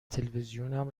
تلویزیونم